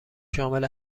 شامل